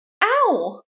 Ow